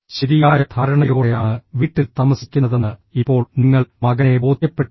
ശരിയായ ധാരണയോടെയാണ് വീട്ടിൽ താമസിക്കുന്നതെന്ന് ഇപ്പോൾ നിങ്ങൾ മകനെ ബോധ്യപ്പെടുത്തണം